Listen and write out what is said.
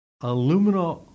aluminum